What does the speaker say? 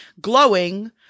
glowing